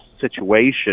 situation